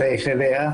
מובילים.